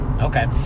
Okay